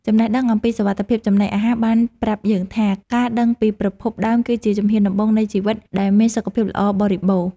ចំណេះដឹងអំពីសុវត្ថិភាពចំណីអាហារបានប្រាប់យើងថា ការដឹងពីប្រភពដើមគឺជាជំហានដំបូងនៃជីវិតដែលមានសុខភាពល្អបរិបូរណ៍។